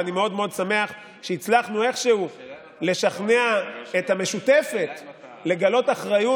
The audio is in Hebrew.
ואני מאוד מאוד שמח שהצלחנו איך שהוא לשכנע את המשותפת לגלות אחריות